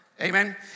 Amen